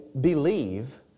believe